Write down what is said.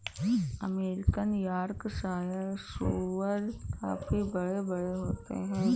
American Yorkshire सूअर काफी बड़े बड़े होते हैं